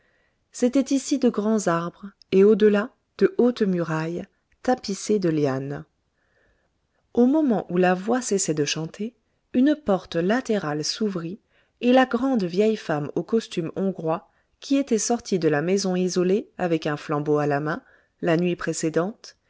c'étaient ici de grands arbres et au delà de hautes murailles tapissées de lianes au moment où la voix cessait de chanter une porte latérale s'ouvrit et la grande vieille femme au costume hongrois qui était sortie de la maison isolée avec un flambeau à la main la nuit précédente